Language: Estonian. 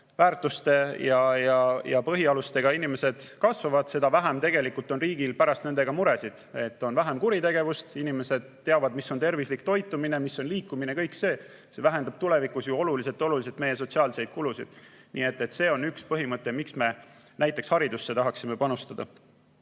väärtuste ja põhialustega inimesed kasvavad, seda vähem on riigil pärast nendega muresid – on vähem kuritegevust, inimesed teavad, mis on tervislik toitumine, mis on liikumine ja kõik see. See vähendab tulevikus ju oluliselt meie sotsiaalseid kulusid. Nii et see on üks põhimõte, miks me näiteks haridusse tahaksime panustada.